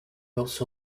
also